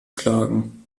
klagen